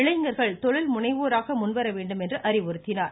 இளைஞர்கள் தொழில்முனைவோராக முன்வர வேண்டும் என்று அறிவுறுத்தினார்